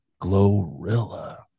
Glorilla